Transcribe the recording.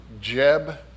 Jeb